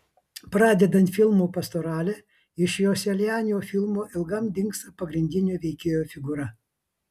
pradedant filmu pastoralė iš joselianio kino ilgam dingsta pagrindinio veikėjo figūra